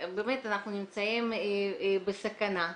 אנחנו נמצאים בסכנה.